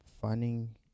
finding